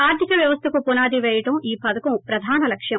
ఆర్షిక వ్వవస్తకు పునాది పేయటం ఈ పథకం ప్రధాన లక్ష్యం